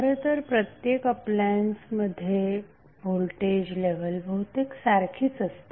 खरंतर प्रत्येक अप्लायन्समध्ये व्होल्टेज लेव्हल बहुतेक सारखीच असते